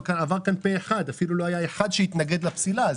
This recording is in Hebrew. כאן פה אחד, לא היה אף אחד שהתנגד לפסילה הזו.